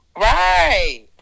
right